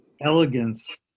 elegance